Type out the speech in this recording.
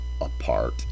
apart